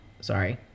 Sorry